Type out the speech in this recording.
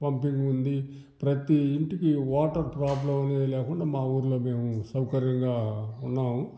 pumping ఉంది ప్రతి ఇంటికి వాటర్ ప్రాబ్లం అనేది లేకుండా మా ఊళ్ళో మేము సౌకర్యంగా ఉన్నాము